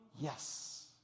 yes